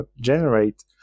generate